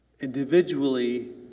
individually